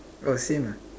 orh same ah